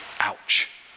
Ouch